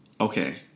Okay